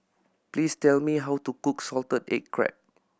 please tell me how to cook salted egg crab